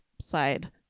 side